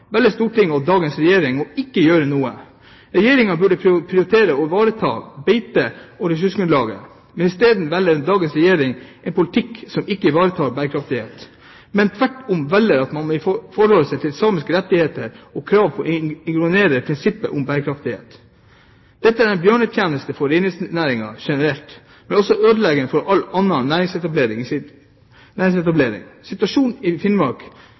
velger Stortinget og dagens regjering ikke å gjøre noe. Regjeringen burde prioritere å ivareta beite- og ressursgrunnlaget, men isteden velger dagens regjering en politikk som ikke ivaretar bærekraftighet. Tvert imot velger man å forholde seg til samiske rettigheter og krav og ignorerer prinsippet om bærekraftighet. Dette er en bjørnetjeneste overfor reindriftsnæringen generelt, men er også ødeleggende for all annen næringsetablering. Situasjonen i Finnmark